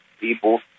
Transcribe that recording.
people